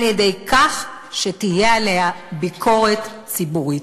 על-ידי כך שתהיה עליה ביקורת ציבורית.